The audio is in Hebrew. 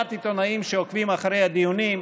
מעט עיתונאים שעוקבים אחרי הדיונים,